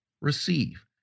receive